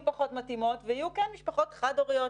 פחות מתאימות ויהיו כן משפחות חד-הוריות,